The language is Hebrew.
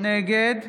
נגד